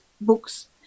books